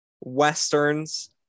westerns